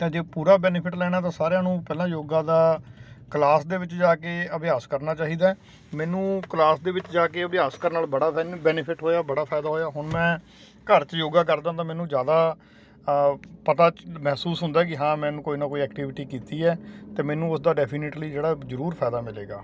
ਤਾਂ ਜੇ ਪੂਰਾ ਬੈਨੀਫਿਟ ਲੈਣਾ ਤਾਂ ਸਾਰਿਆਂ ਨੂੰ ਪਹਿਲਾਂ ਯੋਗਾ ਦਾ ਕਲਾਸ ਦੇ ਵਿੱਚ ਜਾ ਕੇ ਅਭਿਆਸ ਕਰਨਾ ਚਾਹੀਦਾ ਮੈਨੂੰ ਕਲਾਸ ਦੇ ਵਿੱਚ ਜਾ ਕੇ ਅਭਿਆਸ ਕਰਨ ਨਾਲ ਬੜਾ ਬੈਨੀਫਿਟ ਹੋਇਆ ਬੜਾ ਫਾਇਦਾ ਹੋਇਆ ਹੁਣ ਮੈਂ ਘਰ ਚ ਯੋਗਾ ਕਰਦਾ ਹੁੰਦਾ ਮੈਨੂੰ ਜਿਆਦਾ ਪਤਾ ਮਹਿਸੂਸ ਹੁੰਦਾ ਕਿ ਹਾਂ ਮੈਨੂੰ ਕੋਈ ਨਾ ਕੋਈ ਐਕਟੀਵਿਟੀ ਕੀਤੀ ਹੈ ਤੇ ਮੈਨੂੰ ਉਸ ਦਾ ਡੈਫੀਨੇਟਲੀ ਜਿਹੜਾ ਜਰੂਰ ਫਾਇਦਾ ਮਿਲੇਗਾ